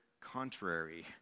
contrary